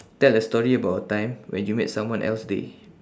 tell a story about a time when you made someone else day